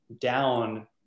down